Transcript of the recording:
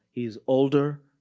he's older,